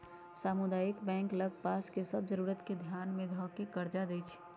सामुदायिक बैंक लग पास के सभ जरूरत के ध्यान में ध कऽ कर्जा देएइ छइ